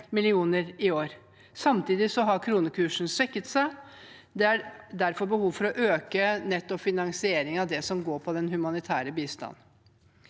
millioner i år. Samtidig har kronekursen svekket seg. Det er derfor behov for å øke netto finansiering av humanitær bistand.